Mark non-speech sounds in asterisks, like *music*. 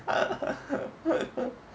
*laughs*